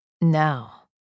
Now